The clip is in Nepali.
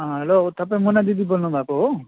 अँ हेलो तपाईँ मोना दिदी बोल्नु भएको हो